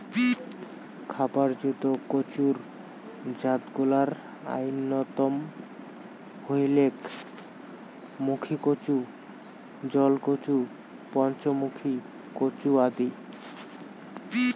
খাবার জুত কচুর জাতগুলার অইন্যতম হইলেক মুখীকচু, জলকচু, পঞ্চমুখী কচু আদি